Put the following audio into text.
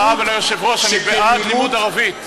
אני אומר לך וליושב-ראש: אני בעד לימוד ערבית.